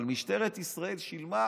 אבל משטרת ישראל שילמה,